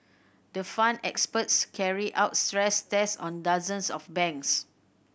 the Fund experts carried out stress tests on dozens of banks